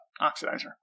oxidizer